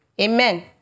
Amen